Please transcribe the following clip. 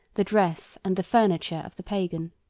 the dress, and the furniture of the pagan.